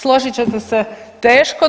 Složit ćete se teško,